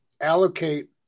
allocate